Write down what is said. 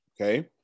okay